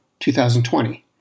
2020